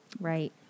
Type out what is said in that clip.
Right